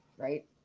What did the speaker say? Right